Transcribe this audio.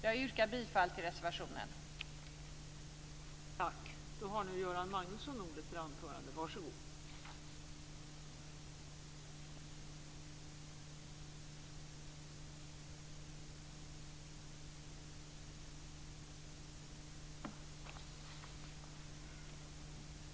Jag yrkar på godkännande av anmälan i reservation 1.